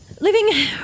living